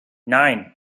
nine